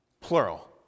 Plural